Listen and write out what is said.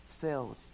filled